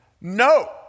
No